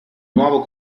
nuovo